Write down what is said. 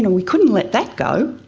and we couldn't let that go.